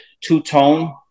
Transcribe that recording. two-tone